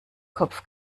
kopf